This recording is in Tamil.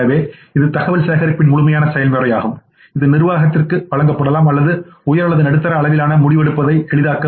எனவே இது தகவல் சேகரிப்பின் முழுமையான செயல்முறையாகும் இது நிர்வாகத்திற்கு வழங்கப்படலாம் மற்றும் உயர் அல்லது நடுத்தர அளவிலான நிர்வாக முடிவெடுப்பதை எளிதாக்கும்